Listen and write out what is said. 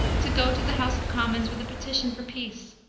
to go to the house of commons with a petition for peace.